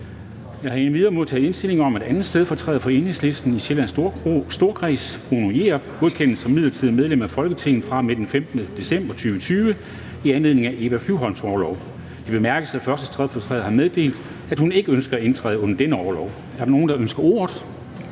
Jeg har endvidere modtaget indstilling om, at 2. stedfortræder for Enhedslisten i Sjællands Storkreds, Bruno Jerup, godkendes som midlertidigt medlem af Folketinget fra og med den 15. december 2020 i anledning af Eva Flyvholms orlov. Det bemærkes, at 1. stedfortræder har meddelt, at hun ikke ønsker at indtræde under denne orlov. Er der nogen, der ønsker ordet?